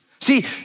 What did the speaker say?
See